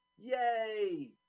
Yay